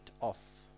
off